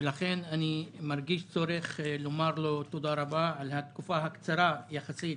ולכן אני מרגיש צורך לומר לו תודה רבה על התקופה הקצרה יחסית